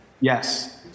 Yes